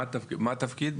מה התפקיד?